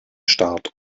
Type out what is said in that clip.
start